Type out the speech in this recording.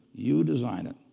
you design it.